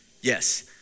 Yes